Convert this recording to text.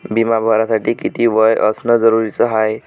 बिमा भरासाठी किती वय असनं जरुरीच हाय?